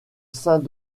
sainte